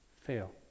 Fail